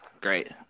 Great